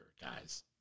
guys